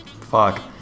Fuck